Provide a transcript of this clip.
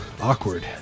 Awkward